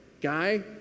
guy